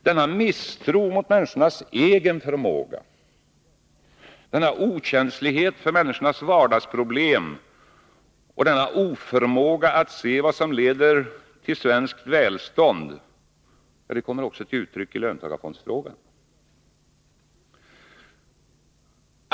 Denna misstro mot människornas egen förmåga, denna okänslighet för människornas vardagsproblem och denna oförmåga att se vad som leder till svenskt välstånd kommer också till uttryck i löntagarfondsfrågan.